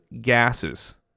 gases